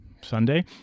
sunday